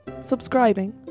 subscribing